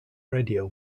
radio